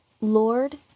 Lord